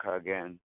again